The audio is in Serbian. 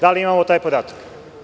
Da li imamo taj podatak?